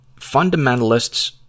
fundamentalists